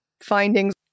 findings